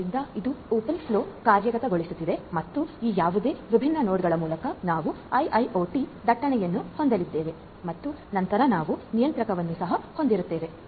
ಆದ್ದರಿಂದ ಇದು open flow ಕಾರ್ಯಗತಗೊಳಿಸುತ್ತದೆ ಮತ್ತು ಈ ಯಾವುದೇ ವಿಭಿನ್ನ ನೋಡ್ಗಳ ಮೂಲಕ ನಾವು ಐಐಒಟಿIIoT ದಟ್ಟಣೆಯನ್ನು ಹೊಂದಲಿದ್ದೇವೆ ಮತ್ತು ನಂತರ ನಾವು ನಿಯಂತ್ರಕವನ್ನು ಹೊಂದಿರುತ್ತೇವೆ